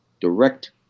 direct